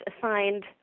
assigned